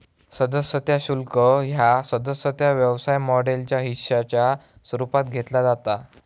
सदस्यता शुल्क ह्या सदस्यता व्यवसाय मॉडेलच्या हिश्शाच्या स्वरूपात घेतला जाता